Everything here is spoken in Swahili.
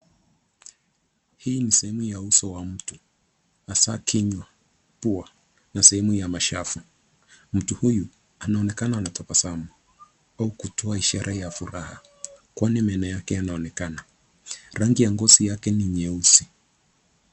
Hii ni sehemu ya uso wa mtu hasa kinywa, pua na sehemu ya mashavu. Mtu huyu anaonekana anatabasamu au kutoa ishara ya furaha kwani meno yake yanaonekana. Rangi ya ngozi yake ni nyeusi.